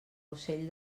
ocell